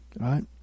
right